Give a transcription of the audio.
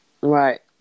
Right